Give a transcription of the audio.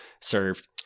served